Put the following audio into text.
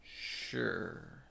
sure